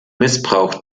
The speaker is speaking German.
missbrauch